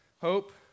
hope